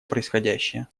происходящее